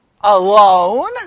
alone